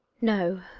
no,